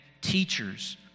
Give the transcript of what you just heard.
teachers